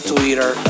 Twitter